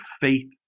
faith